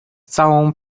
całą